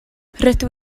rydw